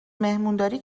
مهمونداری